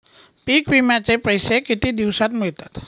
पीक विम्याचे पैसे किती दिवसात मिळतात?